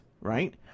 right